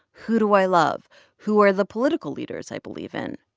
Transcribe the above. who do i love? who are the political leaders i believe in?